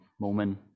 moment